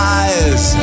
eyes